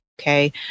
Okay